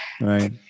Right